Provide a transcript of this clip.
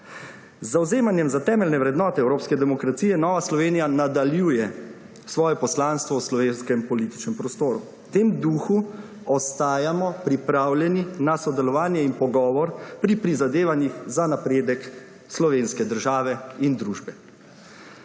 Z zavzemanjem za temeljne vrednote evropske demokracije Nova Slovenija nadaljuje svoje poslanstvo v slovenskem političnem prostoru. V tem duhu ostajamo pripravljeni na sodelovanje in pogovor pri prizadevanjih za napredek slovenske države in družbe.